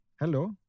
Hello